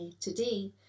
today